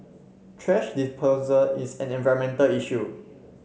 thrash disposal is an environmental issue